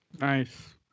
nice